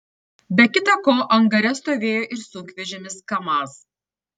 be kita ko angare stovėjo ir sunkvežimis kamaz